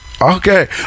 Okay